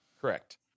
Correct